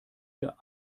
dir